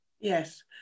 Yes